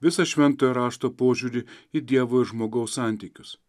visą šventojo rašto požiūrį į dievo ir žmogaus santykius